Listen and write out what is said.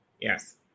Yes